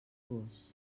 gos